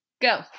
Go